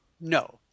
No